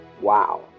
wow